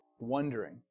Wondering